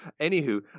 anywho